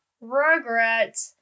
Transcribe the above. regret